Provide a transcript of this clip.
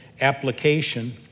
application